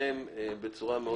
שלכם בצורה מאוד מובהקת.